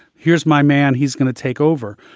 here's my man, he's gonna take over.